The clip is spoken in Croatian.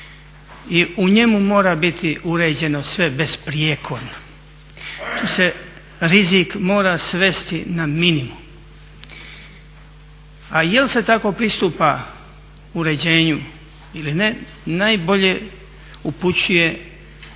I u njemu mora biti uređeno sve besprijekorno. Tu se rizik mora svesti na minimum. A jel' se tako pristupa uređenju ili ne najbolje upućuje